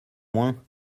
moins